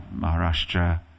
Maharashtra